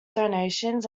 donations